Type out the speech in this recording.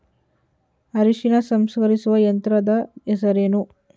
ಅರಿಶಿನ ಸಂಸ್ಕರಿಸುವ ಯಂತ್ರದ ಹೆಸರೇನು?